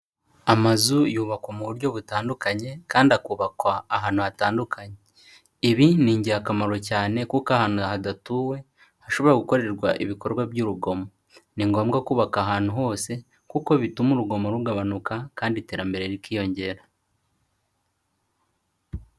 Amazu yubakwa mu buryo butandukanye kandi akubakwa ahantu hatandukanye. Ibi ni ingirakamaro cyane kuko ahantu hadatuwe hashobora gukorerwa ibikorwa by'urugomo. Ni ngombwa kubaka ahantu hose kuko bituma urugomo rugabanuka kandi iterambere rikiyongera.